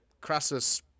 Crassus